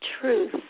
truth